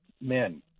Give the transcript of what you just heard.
men